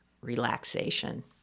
relaxation